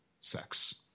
sex